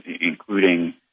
including